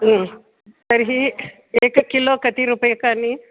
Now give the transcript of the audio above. तर्हि एकं किलो कति रूप्यकाणि